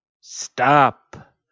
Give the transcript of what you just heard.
Stop